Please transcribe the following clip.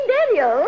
Daniel